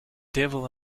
devil